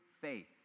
faith